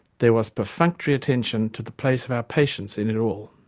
there was perfunctory attention to the place of our patients in it all.